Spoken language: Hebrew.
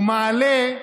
הוא מעלה,